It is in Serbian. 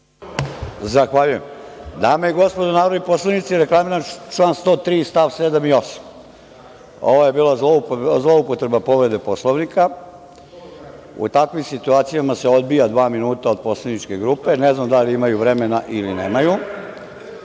Zahvaljujem. Dame i gospodo narodni poslanici, reklamiram član 103. st. 7. i 8. Ovo je bila zloupotreba povrede Poslovnika. U takvim situacijama se odbija od vremena poslaničke grupe, ne znam da li imaju vremena ili